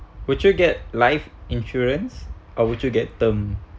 would you get life insurance or would you get term